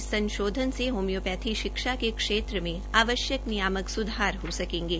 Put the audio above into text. इस संशोधन में होम्योपैथी शिक्षा के क्षेत्र में आवश्यक नियामक सुधार हो सकेंगे